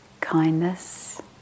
kindness